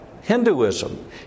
Hinduism